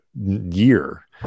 year